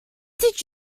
did